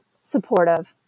supportive